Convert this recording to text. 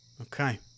Okay